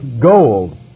gold